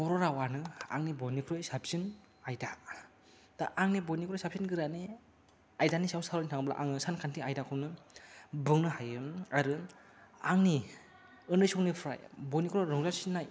बर' रावआनो आंनि बयनिख्रुइ साबसिन आयदा दा आंनिबो बयनिबो साबसिन आयदानि सायाव सावरायनो थाङोब्ला सानखान्थि आयदाखौनो बुंनो हायो आरो आंनि उन्दै समनिफ्राय बयनिख्रुइबो रंजासिननाय